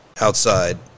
outside